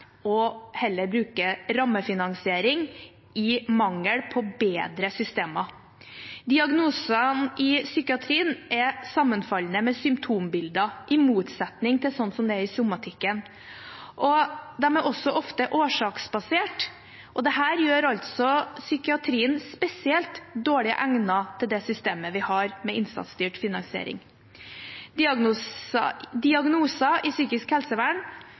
man heller bør bruke rammefinansiering i mangel av bedre systemer. Diagnosene i psykiatrien er sammenfallende med symptombilder, i motsetning til slik det er i somatikken. De er også ofte årsaksbasert, og dette gjør altså psykiatrien spesielt dårlig egnet til det systemet vi har med innsatsstyrt finansiering. Diagnoser i psykisk helsevern